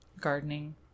gardening